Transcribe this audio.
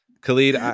Khalid